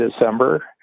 December